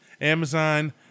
amazon